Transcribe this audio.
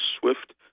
swift